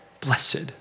Blessed